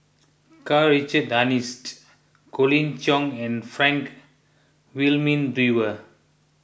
Karl Richard Hanitsch Colin Cheong and Frank Wilmin Brewer